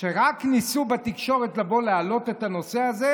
שרק ניסו בתקשורת לבוא ולהעלות את הנושא הזה,